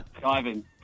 Diving